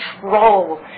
control